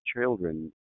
children